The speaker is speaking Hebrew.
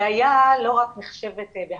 בעיה לא רק נחשבת בהמתנה,